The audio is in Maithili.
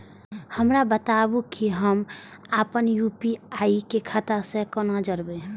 हमरा बताबु की हम आपन यू.पी.आई के खाता से कोना जोरबै?